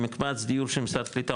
במקבץ דיור של משרד הקליטה,